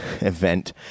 event